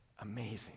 Amazing